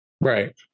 Right